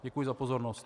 Děkuji vám za pozornost.